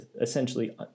essentially